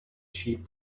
sheep